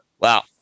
Wow